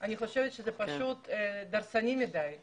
אני חושבת שהחוק הזה